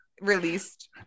released